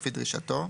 לפי דרישתו,